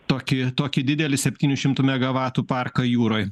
tokį tokį didelį septynių šimtų megavatų parką jūroj